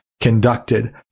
conducted